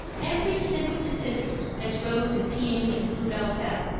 every snip of the scissors, as rose and peony and bluebell fell,